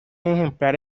ejemplar